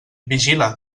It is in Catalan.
vigila